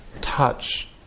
Touch